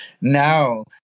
Now